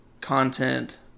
content